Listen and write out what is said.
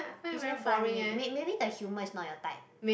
is very funny may maybe the humor is not your type